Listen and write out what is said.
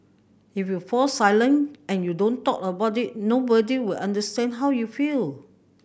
if you fall silent and you don't talk about it nobody will understand how you feel